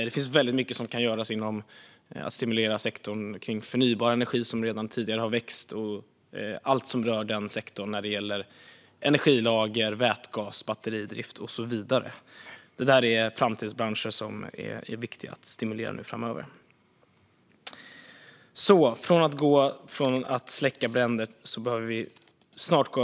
Det finns väldigt mycket som kan göras för att stimulera sektorn för förnybar energi, som redan tidigare har växt, och allt som rör den sektorn. Det gäller energilager, vätgas, batteridrift och så vidare. Det är framtidsbranscher som är viktiga att stimulera framöver. Vi behöver snart gå från att släcka bränder till att tänka långsiktigt.